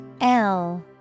-L